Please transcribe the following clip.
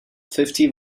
fifty